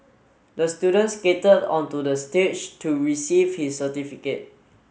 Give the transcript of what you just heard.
the student skated onto the stage to receive his certificate